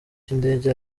cy’indege